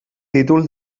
títol